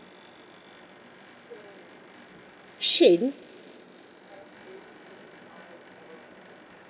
shein